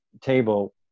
table